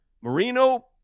Marino